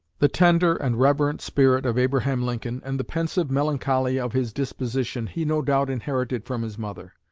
the tender and reverent spirit of abraham lincoln, and the pensive melancholy of his disposition, he no doubt inherited from his mother.